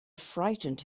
frightened